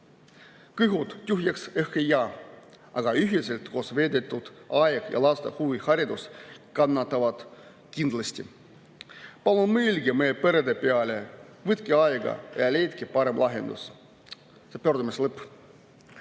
Kõhud tühjaks ehk ei jää, aga ühiselt koos veedetud aeg ja laste huviharidus kannatavad kindlasti. Palun mõelge meie perede peale, võtke aega ja leidke parem lahendus." See on pöördumise